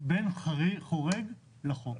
בן חורג לחוק.